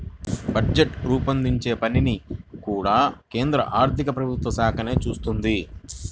budget రూపొందించే పని కూడా కేంద్ర ఆర్ధికమంత్రిత్వశాఖే చేత్తది